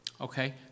Okay